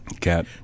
Cat